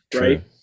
right